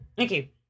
okay